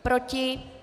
Proti?